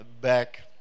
back